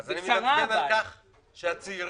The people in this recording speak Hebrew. אני מדבר על כך שהצעירים,